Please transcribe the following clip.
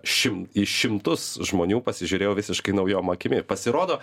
šim į šimtus žmonių pasižiūrėjau visiškai naujom akimi pasirodo